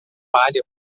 palha